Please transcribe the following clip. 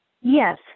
Yes